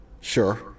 Sure